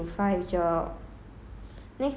有 then I will just go and work